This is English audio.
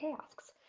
tasks